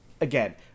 Again